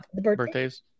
birthdays